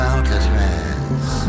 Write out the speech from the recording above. Alcatraz